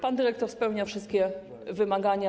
Pan dyrektor spełnia wszystkie wymagania.